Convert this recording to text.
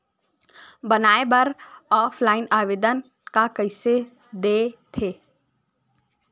बनाये बर ऑफलाइन आवेदन का कइसे दे थे?